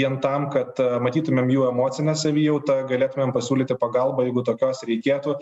vien tam kad matytumėm jų emocinę savijautą galėtumėm pasiūlyti pagalbą jeigu tokios reikėtų